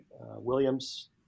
Williams